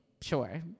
Sure